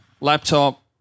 laptop